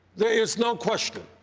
there is no question,